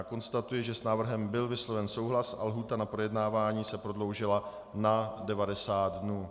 Konstatuji, že s návrhem byl vysloven souhlas a lhůta na projednávání se prodloužila na 90 dnů.